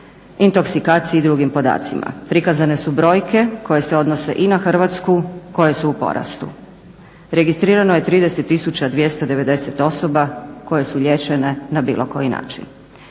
intoksikaciji i drugim podacima. Prikazane su brojke koje se odnose i na Hrvatsku koje su u porastu. Registrirano je 30 tisuća 290 osoba koje su liječene na bilo koji način.